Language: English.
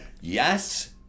yes